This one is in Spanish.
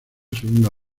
segunda